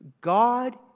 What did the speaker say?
God